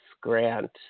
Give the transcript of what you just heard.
Grant